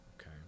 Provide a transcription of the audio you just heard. okay